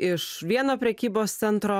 iš vieno prekybos centro